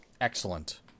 Excellent